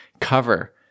cover